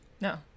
No